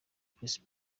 chris